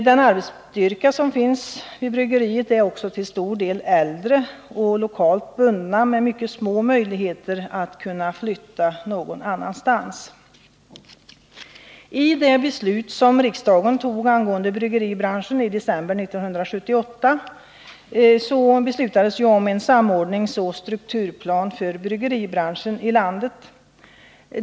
Den arbetsstyrka som finns vid bryggeriet utgörs också till stor del av äldre och lokalt bundna människor med mycket små möjligheter att flytta någon annanstans. Det beslut som riksdagen fattade angående bryggeribranschen i december 1978 innefattade ju en samordningsoch strukturplan för bryggeribranschen i landet.